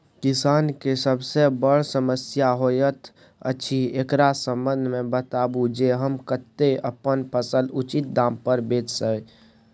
किसान के सबसे बर समस्या होयत अछि, एकरा संबंध मे बताबू जे हम कत्ते अपन फसल उचित दाम पर बेच सी?